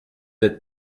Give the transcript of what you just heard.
êtes